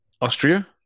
Austria